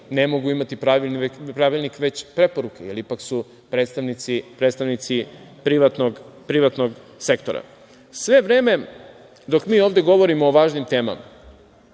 ne mogu imati pravilnik, već preporuke, jer ipak su predstavnici privatnog sektora. Sve vreme dok mi ovde govorimo o važnim temama,